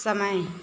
समय